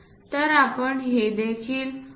तर आपण हे देखील 4